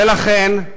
ולכן,